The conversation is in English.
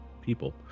people